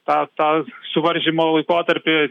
tą tą suvaržymo laikotarpį